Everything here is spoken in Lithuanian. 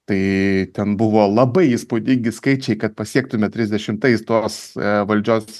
tai ten buvo labai įspūdingi skaičiai kad pasiektume trisdešimtais tos valdžios